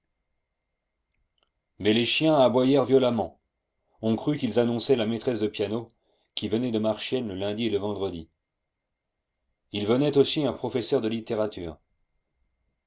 mais les chiens aboyèrent violemment on crut qu'ils annonçaient la maîtresse de piano qui venait de marchiennes le lundi et le vendredi il venait aussi un professeur de littérature